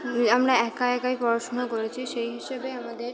আমরা একা একাই পড়াশোনা করেছি সেই হিসেবে আমাদের